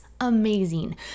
amazing